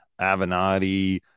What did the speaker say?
Avenatti